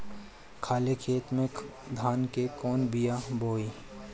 खाले खेत में धान के कौन बीया बोआई?